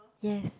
yes